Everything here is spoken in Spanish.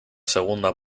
segunda